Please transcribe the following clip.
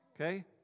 Okay